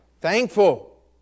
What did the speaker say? Thankful